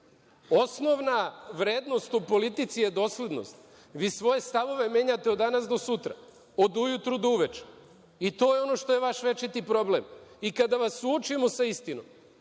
Osnovna vrednost u politici je doslednost. Vi svoje stavove menjate od danas do sutra, od ujutru do uveče i to je ono što je vaš večiti problem. Kada vas suočimo sa istinom,